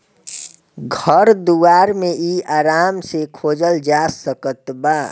घर दुआर मे इ आराम से खोजल जा सकत बा